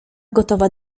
gotowa